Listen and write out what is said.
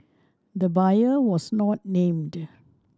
the buyer was not named